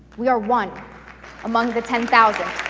we are one among the ten thousand.